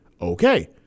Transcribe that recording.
okay